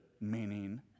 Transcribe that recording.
meaning